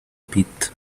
pit